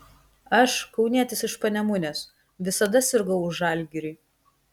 aš kaunietis iš panemunės visada sirgau už žalgirį